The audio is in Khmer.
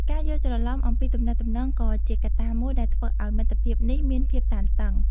ការយល់ច្រឡំអំពីទំនាក់ទំនងក៏ជាកត្តាមួយដែលធ្វើឲ្យមិត្តភាពនេះមានភាពតានតឹង។